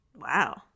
Wow